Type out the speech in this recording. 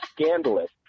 scandalous